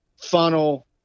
funnel